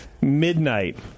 midnight